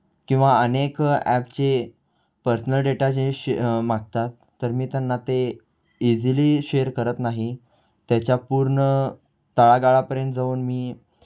किंवा अनेक ॲपचे पर्सनल डेटा जे असे मागतात तर मी त्यांना ते इझिली शेअर करत नाही त्याच्या पूर्ण तळागाळापर्यंत जाऊन मी